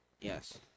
Yes